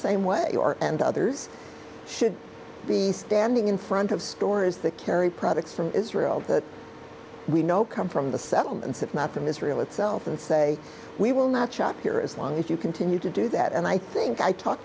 same way you are and others should be standing in front of stores that carry products from israel that we know come from the settlements that matter misrule itself and say we will not shop here as long as you continue to do that and i think i talk